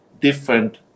different